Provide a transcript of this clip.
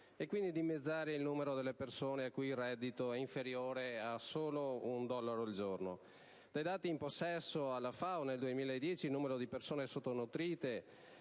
e quindi dimezzare il numero delle persone il cui reddito è inferiore ad un solo dollaro al giorno. Dai dati in possesso alla FAO, nel 2010 il numero di persone sottonutrite